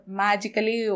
magically